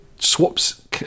swaps